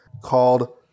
called